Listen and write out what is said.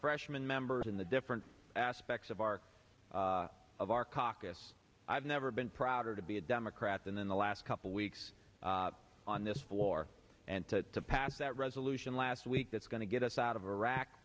freshman members in the different aspects of our of our caucus i've never been prouder to be a democrat than in the last couple of weeks on this floor and to pass that resolution last week that's going to get us out of iraq